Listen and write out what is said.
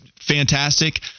fantastic